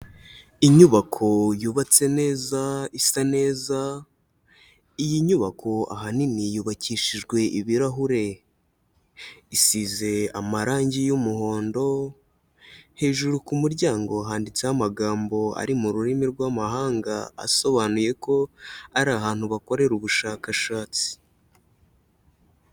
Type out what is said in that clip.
Inyubako yubatse neza isa neza, iyi nyubako ahanini yubakishijwe ibirahure, isize amarangi y'umuhondo, hejuru ku muryango handitseho amagambo ari mu rurimi rw'amahanga asobanuye ko ari ahantu bakorera ubushakashatsi.